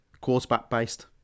quarterback-based